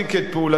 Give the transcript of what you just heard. להפסיק את פעולתם,